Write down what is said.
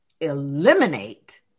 eliminate